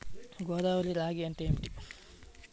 గోదావరి రాగి అంటే ఏమిటి?